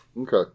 okay